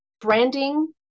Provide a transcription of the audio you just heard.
Branding